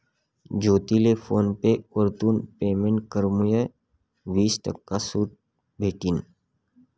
ज्योतीले PhonePe वरथून payment करामुये वीस टक्का सूट भेटनी